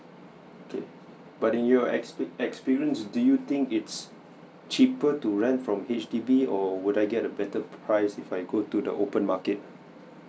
okay but in your expert experience do you think it's cheaper to rent from H_D_B or would I get a better price if I go to the open market